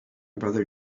brother